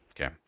Okay